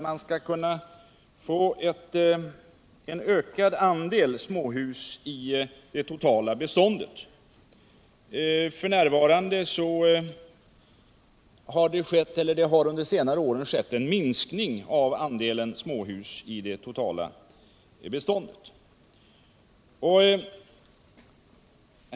Men under senare år har det skett en minskning av andelen småhus i det totala beståndet.